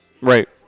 right